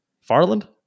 Farland